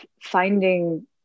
finding